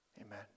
amen